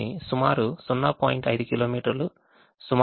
5 కిలోమీటర్లు సుమారు 0